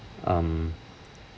um